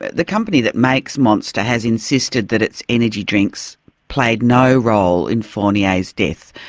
the company that makes monster has insisted that its energy drinks played no role in fournier's death.